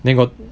then got